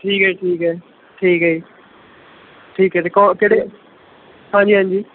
ਠੀਕ ਹੈ ਜੀ ਠੀਕ ਹੈ ਠੀਕ ਹੈ ਜੀ ਠੀਕ ਹੈ ਅਤੇ ਕਿਹੜੇ ਹਾਂਜੀ ਹਾਂਜੀ